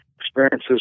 experiences